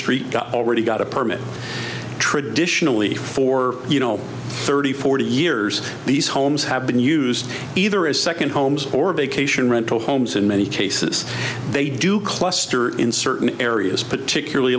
street already got a permit traditionally for you know thirty forty years these homes have been used either as second homes or vacation rental homes in many cases they do cluster in certain areas particularly